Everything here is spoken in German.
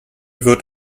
wird